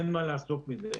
אין מה לעסוק בזה.